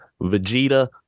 Vegeta